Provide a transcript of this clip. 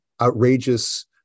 outrageous